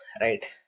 right